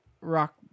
rock